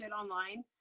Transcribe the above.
online